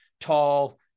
Tall